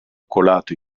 colato